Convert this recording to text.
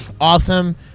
awesome